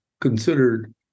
considered